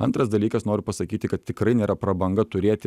antras dalykas noriu pasakyti kad tikrai nėra prabanga turėti